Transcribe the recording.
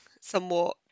somewhat